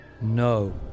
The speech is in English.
No